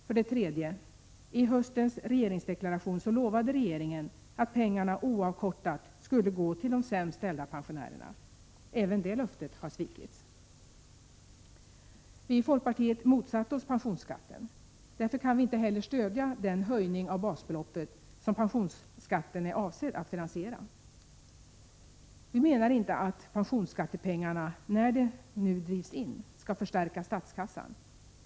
För det tredje: I höstens regeringsdeklaration lovade regeringen att pengarna oavkortat skulle gå till de sämst ställda pensionärerna. Även det löftet har svikits. Vi i folkpartiet motsatte oss pensionsskatten. Därför kan vi inte heller stödja den höjning av basbeloppet som pensionsskatten är avsedd att finansiera. Vi menar att pensionsskattepengarna — när de nu drivs in — inte skall förstärka statskassan.